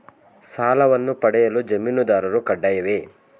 ಸಾಲವನ್ನು ಪಡೆಯಲು ಜಾಮೀನುದಾರರು ಕಡ್ಡಾಯವೇ?